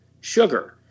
sugar